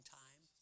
time